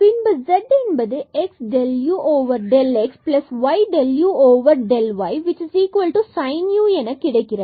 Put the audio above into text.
பின்பு இந்த z என்பது x del u del x y del u del y sin u எனக் கிடைக்கிறது